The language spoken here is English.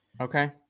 Okay